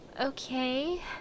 Okay